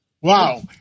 Wow